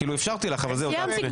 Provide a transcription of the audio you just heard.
אפשרתי לך, אבל זהו, תעצרי.